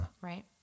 right